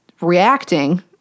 reacting